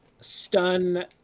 stun